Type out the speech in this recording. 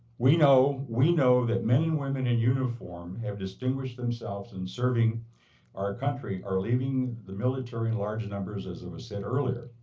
we know we know that men and women in uniform have distinguished themselves in serving our country are leaving the military in large numbers, as was um said earlier.